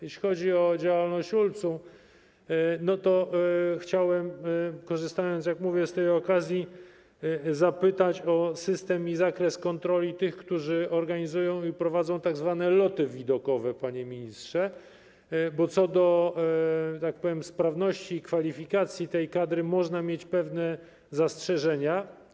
Jeśli chodzi o działalność ULC, to chciałem, korzystając, jak mówię, z tej okazji, zapytać o system i zakres kontroli tych, którzy organizują i prowadzą tzw. loty widokowe, panie ministrze, bo co do, że tak powiem, sprawności i kwalifikacji tej kadry można mieć pewne zastrzeżenia.